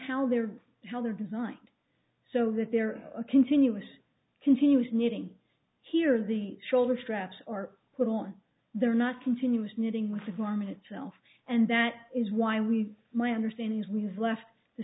how they're how they're designed so that they're a continuous continuous knitting here the shoulder straps are put on they're not continuous knitting with the form itself and that is why we my understanding is we've left the